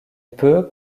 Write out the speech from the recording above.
peut